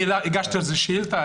הגשתי על זה שאילתה.